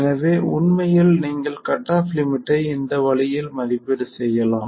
எனவே உண்மையில் நீங்கள் கட் ஆஃப் லிமிட்டை இந்த வழியில் மதிப்பீடு செய்யலாம்